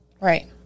Right